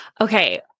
Okay